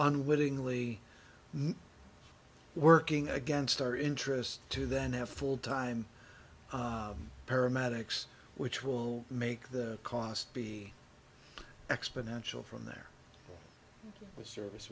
unwittingly working against our interests to then have full time paramedics which will make the cost be exponential from there the service